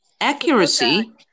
Accuracy